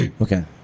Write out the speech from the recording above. Okay